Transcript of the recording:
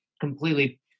completely